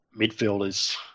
midfielders